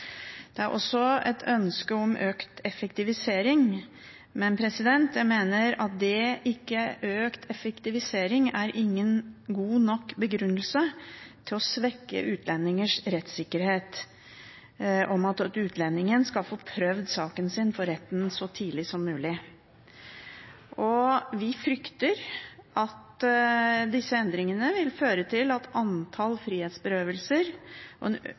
er også et ønske om økt effektivisering, men jeg mener at økt effektivisering ikke er en god nok begrunnelse for å svekke utlendingers rettssikkerhet, om at utlendingen skal få prøvd saken sin for retten så tidlig som mulig. Vi frykter at disse endringene vil føre til at antall frihetsberøvelser vil øke og spesielt føre til en